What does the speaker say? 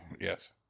yes